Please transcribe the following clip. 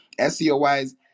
SEO-wise